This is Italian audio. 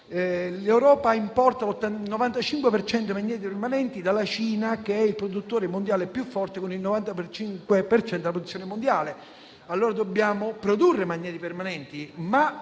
L'Europa importa il 95 per cento dei magneti permanenti dalla Cina, che è il produttore mondiale più forte con il 95 per cento della produzione mondiale. Dobbiamo produrre i magneti permanenti,